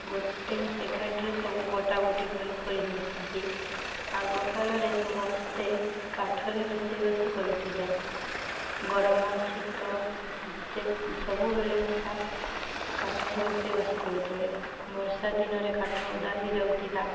ଗୋଟେ ସେକେଣ୍ଡରେ ସବୁ ବଟା ବଟି କରି କରିଦେଉଛନ୍ତି ଆଗକାଳରେ ସବୁ କାଠରେ ରୋଷେଇବାସ କରୁଥିଲେ ଗରମ ଶୀତ ଯେ ସବୁବେଳେ ମିଶା କାଠରେ ରୋଷେଇବାସ କରୁଥିଲେ ବର୍ଷା ଦିନରେ କାଠ ଓଦା ହେଇଯାଉଥିଲା